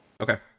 Okay